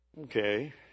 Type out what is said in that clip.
okay